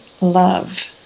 love